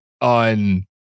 on